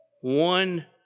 one